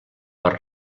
per